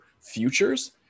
futures